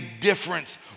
difference